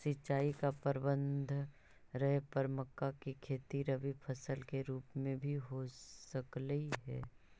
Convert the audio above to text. सिंचाई का प्रबंध रहे पर मक्का की खेती रबी फसल के रूप में भी हो सकलई हे